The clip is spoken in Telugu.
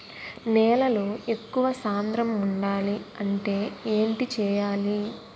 నేలలో ఎక్కువ సాంద్రము వుండాలి అంటే ఏంటి చేయాలి?